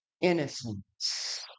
innocence